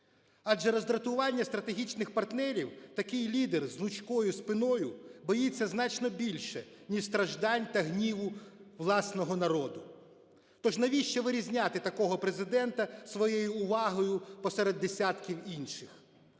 Адже роздратування стратегічних партнерів такий лідер з гнучкою спиною боїться значно більше, ніж страждань та гніву власного народу. Тож навіщо вирізняти такого Президента своєю увагою посеред десятків інших?